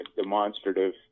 demonstrative